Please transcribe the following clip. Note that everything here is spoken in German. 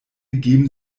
geben